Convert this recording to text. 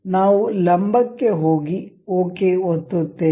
ನಾವು ಲಂಬಕ್ಕೆ ಹೋಗಿ ಓಕೆ ಒತ್ತಿ ಒತ್ತುತ್ತೇವೆ